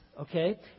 okay